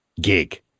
gig